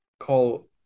call